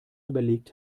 überlegt